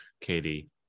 Katie